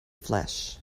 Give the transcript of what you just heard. flesh